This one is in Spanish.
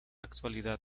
actualidad